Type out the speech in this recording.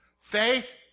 Faith